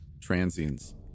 transients